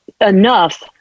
enough